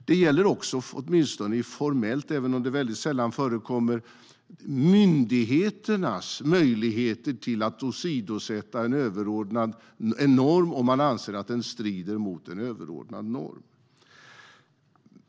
Det gäller också formellt, även om det sällan förekommer, myndigheternas möjligheter att åsidosätta en norm om de anser att den strider mot en överordnad norm.